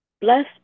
Bless